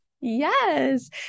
Yes